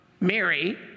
Mary